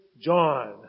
John